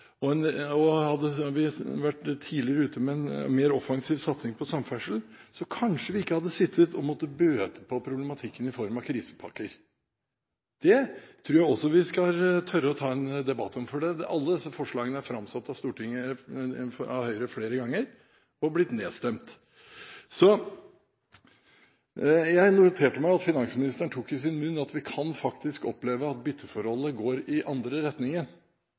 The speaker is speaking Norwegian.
formuesskatt – og hadde vi vært tidligere ute med en mer offensiv satsing på samferdsel, hadde vi kanskje ikke sittet og måttet bøte på problematikken i form av krisepakker. Det tror jeg også vi skal tørre å ta en debatt om, for alle disse forslagene er framsatt av Høyre flere ganger – og blitt nedstemt. Jeg noterte meg at finansministeren tok i sin munn at vi kan faktisk oppleve at bytteforholdet går i den andre